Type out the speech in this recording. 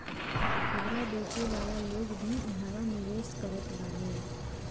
खुदरा बेचे वाला लोग भी इहवा निवेश करत बाने